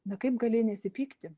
na kaip gali nesipykti